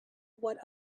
what